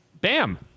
Bam